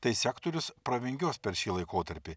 tai sektorius pravingiuos per šį laikotarpį